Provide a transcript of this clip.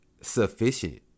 sufficient